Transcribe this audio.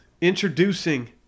Introducing